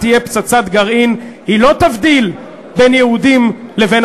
יכולת גרעינית בידיו של משטר פונדמנטליסטי